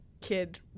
kid